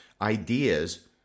ideas